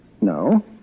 No